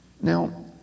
Now